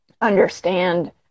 understand